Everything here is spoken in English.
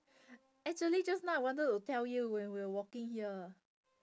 actually just now I wanted to tell you when we were walking here